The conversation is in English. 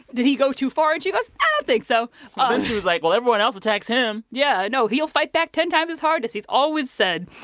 did he go too far? and she goes, i don't think so ah and then she was like, well, everyone else attacks him yeah. no, he'll fight back ten times as hard, as he's always said.